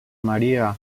maria